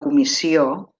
comissió